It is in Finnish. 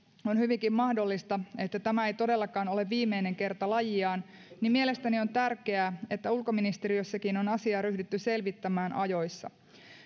on hyvinkin mahdollista että tämä ei todellakaan ole viimeinen kerta lajiaan niin mielestäni on tärkeää että ulkoministeriössäkin on asiaa ryhdytty selvittämään ajoissa